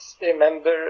remember